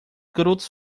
garotas